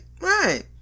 Right